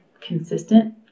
consistent